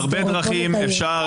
בוא נדייק.